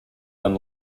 than